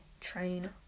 train